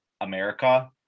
America